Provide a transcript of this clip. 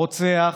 הרוצח